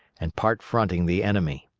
and part fronting the enemy.